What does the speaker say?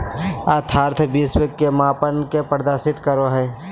यथार्थ विश्व के मापन के प्रदर्शित करो हइ